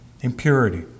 impurity